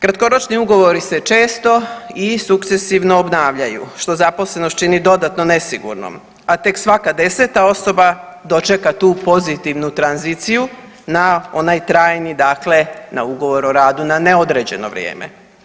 Kratkoročni ugovori se često i sukcesivno obnavljaju, što zaposlenost čini dodatno nesigurnom, a tek svaka deseta osoba dočeka tu pozitivnu tranziciju na onaj trajni dakle na ugovor o radu na neodređeno vrijeme.